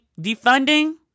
defunding